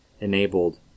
enabled